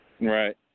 Right